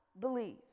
believe